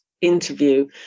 interview